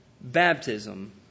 baptism